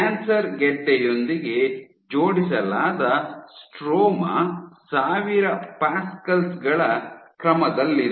cancer ಗೆಡ್ಡೆಯೊಂದಿಗೆ ಜೋಡಿಸಲಾದ stroma ಸಾವಿರ ಪ್ಯಾಸ್ಕಲ್ ಗಳ ಕ್ರಮದಲ್ಲಿದೆ